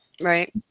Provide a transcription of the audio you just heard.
Right